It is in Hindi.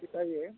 दिखाइए